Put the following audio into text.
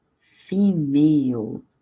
Female